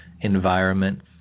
environments